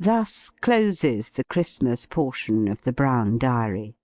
thus closes the christmas portion of the brown diary